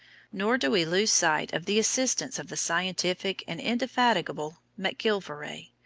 nor do we lose sight of the assistance of the scientific and indefatigable macgillivray,